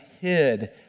hid